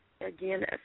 Again